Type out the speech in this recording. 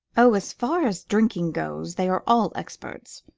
oh, as far as drinking goes, they are all experts.